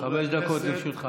חמש דקות לרשותך.